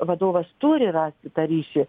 vadovas turi rasti tą ryšį